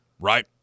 Right